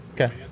Okay